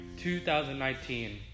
2019